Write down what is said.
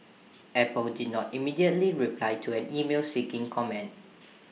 Apple did not immediately reply to an email seeking comment